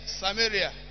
samaria